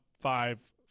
five